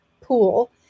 pool